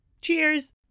Cheers